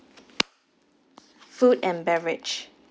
food and beverage